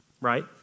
right